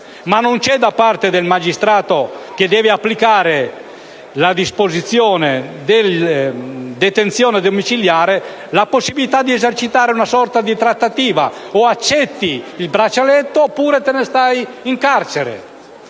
Non c'è, da parte del magistrato che deve applicare la disposizione della detenzione domiciliare, la possibilità di esercitare una sorta di trattativa: o accetti il braccialetto o rimani in carcere.